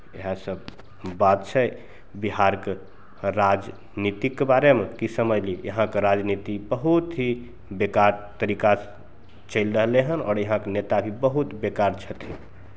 इएहसभ बात छै बिहारके राजनीतिके बारेमे की समझलियै यहाँके राजनीति बहुत ही बेकार तरीकासँ चलि रहलै हन आओर यहाँके नेता भी बहुत बेकार छथिन